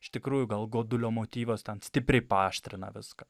iš tikrųjų gal godulio motyvas ten stipriai paaštrina viską